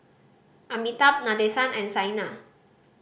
Amitabh Nadesan and Saina